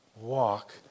walk